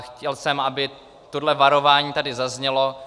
Chtěl jsem, aby toto varování tady zaznělo.